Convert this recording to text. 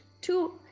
two